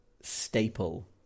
staple